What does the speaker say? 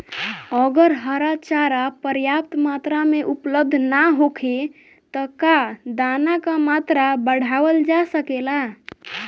अगर हरा चारा पर्याप्त मात्रा में उपलब्ध ना होखे त का दाना क मात्रा बढ़ावल जा सकेला?